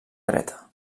dreta